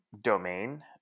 domain